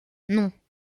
non